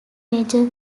major